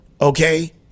okay